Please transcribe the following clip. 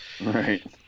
Right